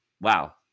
wow